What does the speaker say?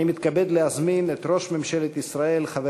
אני מתכבד להזמין את ראש ממשלת ישראל חבר